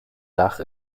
dach